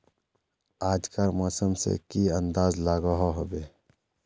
आज कार मौसम से की अंदाज लागोहो होबे?